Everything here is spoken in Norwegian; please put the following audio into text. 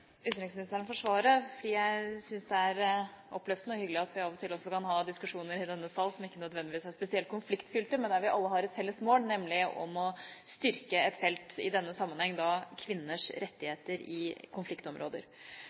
utenriksministeren for svaret. Jeg syns det er oppløftende og hyggelig at vi av og til også kan ha diskusjoner i denne sal som ikke nødvendigvis er spesielt konfliktfylte, men der vi alle har et felles mål, nemlig å styrke et felt – i denne sammenheng kvinners rettigheter i konfliktområder.